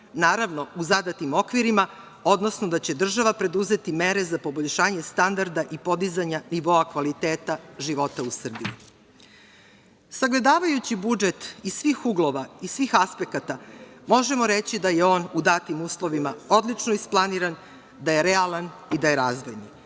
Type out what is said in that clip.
naravno u zadatim okvirima, odnosno da će država preduzeti mere za poboljšanje standarda i podizanja nivoa kvaliteta života u Srbiji. Sagledavajući budžet iz svih uglova, iz svih aspekata, možemo reći da je on u datim uslovima odlično isplaniran, da je realan i da je razvojni. Zato